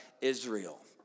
Israel